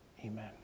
Amen